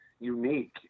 unique